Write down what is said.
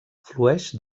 flueix